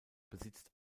besitzt